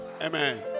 Amen